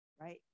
right